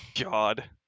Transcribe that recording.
God